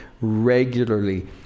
regularly